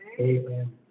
Amen